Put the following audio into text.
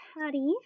Patty